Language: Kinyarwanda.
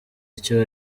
icyo